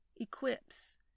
equips